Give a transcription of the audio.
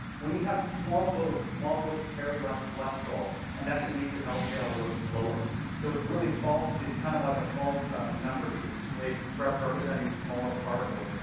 when you have small boats, small boats carry less cholesterol, and that can make your ldl yeah ah look lower. so it's really false. it's kind of like a false number because it's really representing smaller particles.